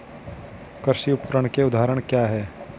कृषि उपकरण के उदाहरण क्या हैं?